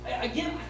Again